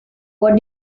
what